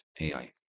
AI